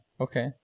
okay